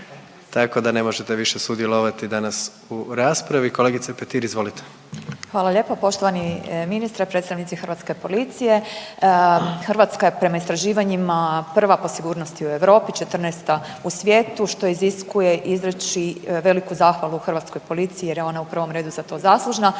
Tako da ne možete više sudjelovati danas u raspravi. Kolegice Petir izvolite. **Petir, Marijana (Nezavisni)** Hvala lijepo poštovani ministre, predstavnici hrvatske policije. Hrvatska je prema istraživanjima prva po sigurnosti u Europi, 14. u svijetu što iziskuje izreći veliku zahvalu hrvatskoj policiji jer je ona u prvom redu za to zaslužna,